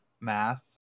Math